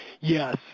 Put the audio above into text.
Yes